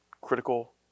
critical